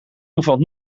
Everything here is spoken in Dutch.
omvat